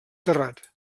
terrat